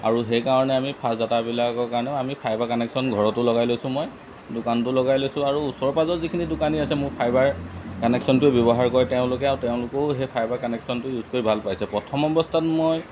আৰু সেইকাৰণে আমি ফাষ্ট ডাটাবিলাকৰ কাৰণেও আমি ফাইবাৰ কানেকশ্যন ঘৰতো লগাই লৈছোঁ মই দোকানটো লগাই লৈছোঁ আৰু ওচৰ পাঁজৰ যিখিনি দোকানী আছে মোৰ ফাইবাৰ কানেকশ্যনটোৱে ব্যৱহাৰ কৰে তেওঁলোকে আৰু তেওঁলোকেও সেই ফাইবাৰ কানেকশ্যনটো ইউজ কৰি ভাল পাইছে প্ৰথম অৱস্থাত মই